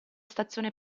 stazione